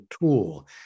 tool